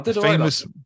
Famous